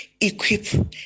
equip